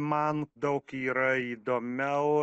man daug yra įdomiau